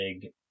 big